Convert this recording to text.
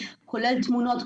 כולל תמונות,